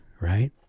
Right